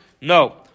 No